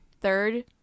third